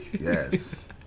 Yes